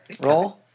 Roll